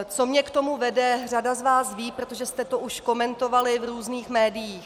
Co mě k tomu vede, řada z vás ví, protože jste to už komentovali v různých médiích.